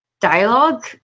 dialogue